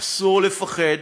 אסור לפחד.